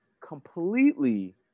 Completely